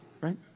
right